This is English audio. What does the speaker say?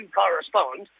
correspond